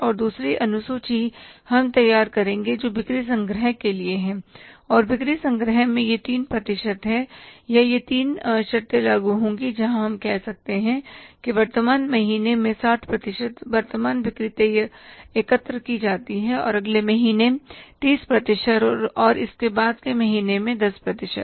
और दूसरी अनुसूची हम तैयार करेंगे जो बिक्री संग्रह के लिए है और बिक्री संग्रह में ये तीन प्रतिशत या ये तीन शर्तें लागू होंगी जहां हम कह सकते हैं कि वर्तमान महीने में 60 प्रतिशत वर्तमान बिक्री एकत्र की जाती है और अगले महीने 30 प्रतिशत और इसके बाद के महीने में 10 प्रतिशत